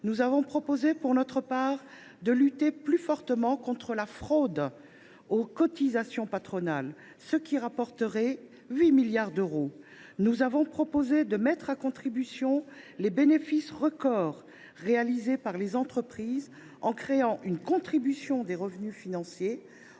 Nous avons proposé pour notre part de lutter plus fortement contre la fraude aux cotisations patronales, ce qui rapporterait 8 milliards d’euros. Nous avons proposé de mettre à contribution les bénéfices records réalisés par les entreprises, en créant une contribution des revenus financiers,